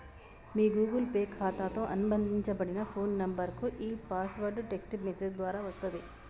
మీ Google Pay ఖాతాతో అనుబంధించబడిన phone నంబర్కు ఈ పాస్వర్డ్ టెక్ట్స్ మెసేజ్ ద్వారా వస్తది